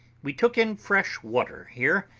we took in fresh water here,